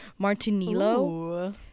martinilo